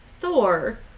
Thor